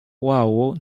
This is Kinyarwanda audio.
wawo